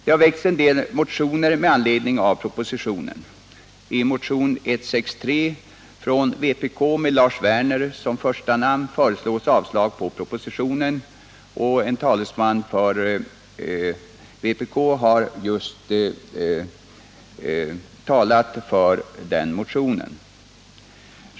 En del motioner har väckts med anledning av propositionen. I motionen 163 från vpk med Lars Werner som första namn föreslås avslag på propositionen. En representant för vpk har just talat för den motionen.